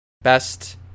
best